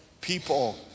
people